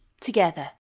together